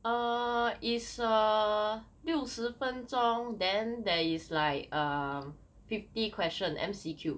err is err 六十分钟 then there is like um fifty question M_C_Q